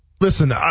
listen